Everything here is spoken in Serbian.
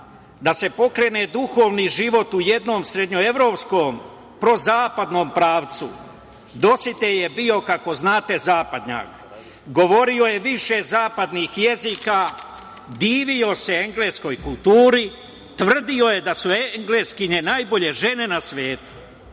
da se pokrene duhovni život u jednom srednjoevropskom prozapadnom pravcu. Dositej je bio, kako znate, zapadnjak. Govorio je više zapadnih jezika, divio se engleskoj kulturi. Tvrdio je da su Engleskinje najbolje žene na svetu.